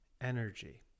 energy